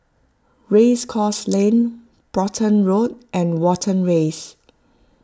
Race Course Lane Brompton Road and Watten